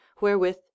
wherewith